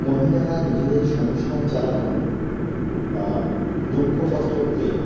মহিলারা নিজেদের সংসার চালানোর বা দুঃখ কষ্টকে